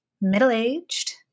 middle-aged